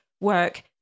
work